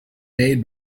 made